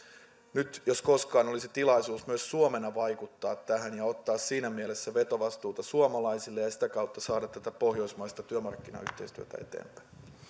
nyt jos koskaan olisi tilaisuus myös suomena vaikuttaa tähän ja ottaa siinä mielessä vetovastuuta suomalaisille ja ja sitä kautta saada tätä pohjoismaista työmarkkinayhteistyötä eteenpäin